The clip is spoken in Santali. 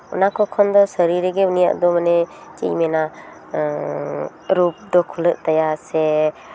ᱚᱱᱟ ᱠᱚ ᱠᱷᱚᱱ ᱫᱚ ᱥᱟᱹᱲᱤ ᱨᱮᱜᱮ ᱩᱱᱤᱭᱟᱜ ᱫᱚ ᱢᱟᱱᱮ ᱪᱮᱫ ᱤᱧ ᱢᱮᱱᱟ ᱨᱩᱯ ᱫᱚ ᱠᱷᱩᱞᱟᱹᱜ ᱛᱟᱭᱟ ᱥᱮ